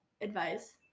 advice